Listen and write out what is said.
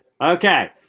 Okay